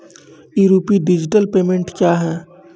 ई rupee digital payment क्या हैं?